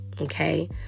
Okay